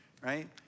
right